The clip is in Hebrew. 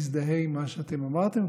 מזדהים עם מה שאתם אמרתם.